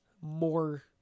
more